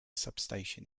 substation